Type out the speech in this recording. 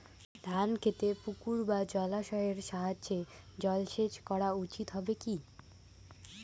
ধান খেতে পুকুর বা জলাশয়ের সাহায্যে জলসেচ করা উচিৎ হবে কি?